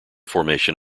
formation